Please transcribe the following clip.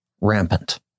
rampant